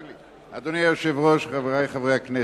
אדוני היושב-ראש, חברי חברי הכנסת,